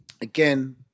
again